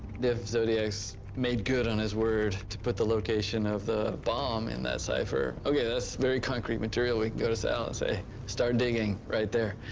if zodiac's made good on his word to put the location of the bomb in that cipher, okay, that's very concrete material. we can go to sal and say start digging right there,